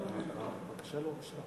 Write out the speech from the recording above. הבקשה לא אושרה.